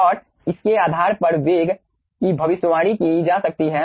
और इसके आधार पर वेग की भविष्यवाणी की जा सकती है